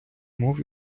мові